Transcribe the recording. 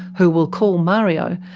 who we'll call mario,